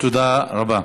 תודה רבה.